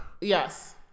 Yes